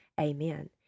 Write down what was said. Amen